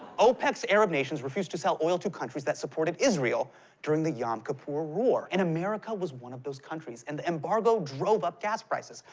opec's arab nations refused to sell oil to countries that supported israel during the yom kippur war. and america was one of those countries. and the embargo drove up gas prices.